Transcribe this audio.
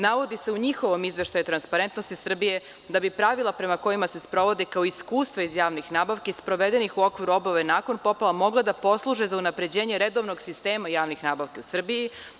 Navodi se u njihovom izveštaju „Transparentnosti Srbije“ da bi pravila prema kojima se sprovodi, kao iskustva iz javnih nabavki, sprovedenih u okviru obnove nakon poplava mogle da posluže za unapređenje redovnog sistema javnih nabavki u Srbiji.